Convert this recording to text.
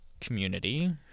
community